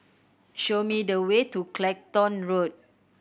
show me the way to Clacton Road